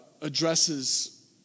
addresses